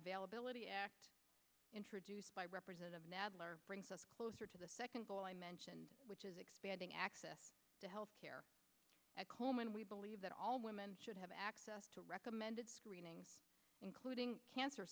availability introduced by representative brings us closer to the second goal i mentioned which is expanding access to health care at komen we believe that all women should have access to recommended screening including cancer